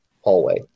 hallway